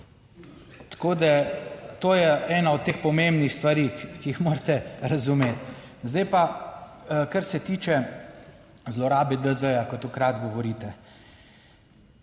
Tako da, to je ena od teh pomembnih stvari, ki jih morate razumeti. Zdaj pa kar se tiče zlorabe DZ, ko tako radi govorite.